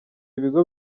ibigo